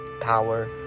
power